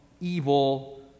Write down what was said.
evil